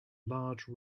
large